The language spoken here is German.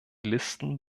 listen